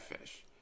fish